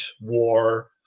war